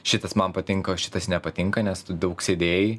šitas man patinka o šitas nepatinka nes tu daug sėdėjai